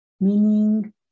meaning